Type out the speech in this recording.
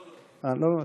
לא, לא.